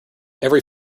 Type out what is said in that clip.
every